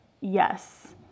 Yes